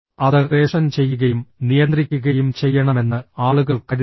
അത് റേഷൻ ചെയ്യുകയും നിയന്ത്രിക്കുകയും ചെയ്യണമെന്ന് ആളുകൾ കരുതുന്നു